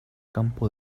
campo